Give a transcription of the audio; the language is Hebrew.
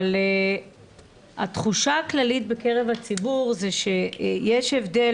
אבל התחושה הכללית בקרב הציבור זה שיש הבדל